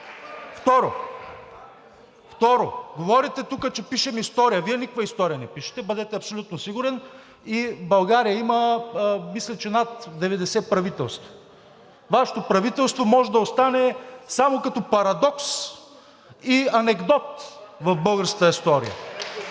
Трето, говорите тук, че пишем история. Вие никаква история не пишете, бъдете абсолютно сигурен. България има, мисля, че над 90 правителства. Вашето правителство може да остане само като парадокс и анекдот в българската история.